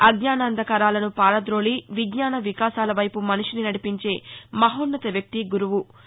అజ్ఞానాంధకారాలసు పార్చదోలి విజ్ఞాన వికాసాలవైపు మనిషిని నడిపించే మహాన్నత వ్యక్తి గురువు